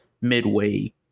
midway